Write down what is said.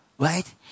Right